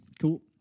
Cool